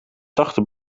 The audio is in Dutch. zachte